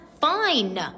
fine